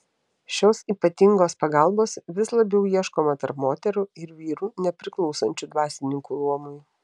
šios ypatingos pagalbos vis labiau ieškoma tarp moterų ir vyrų nepriklausančių dvasininkų luomui